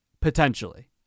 potentially